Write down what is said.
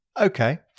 Okay